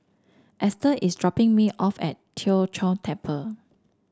Ester is dropping me off at Tien Chor Temple